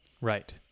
Right